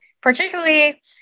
particularly